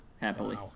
happily